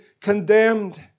condemned